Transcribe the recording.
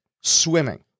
swimming